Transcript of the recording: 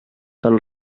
tal